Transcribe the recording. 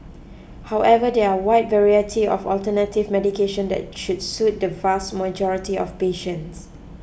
however there are a wide variety of alternative medication that should suit the vast majority of patients